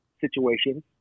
situations